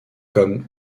comme